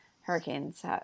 hurricanes